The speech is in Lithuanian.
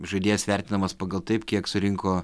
žaidėjas vertinamas pagal taip kiek surinko